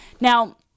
Now